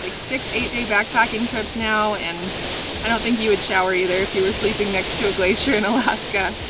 like six, eight-day backpacking trips now, and i don't think you would shower either if you were sleeping next to a glacier in alaska.